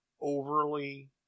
overly